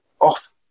off